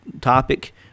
topic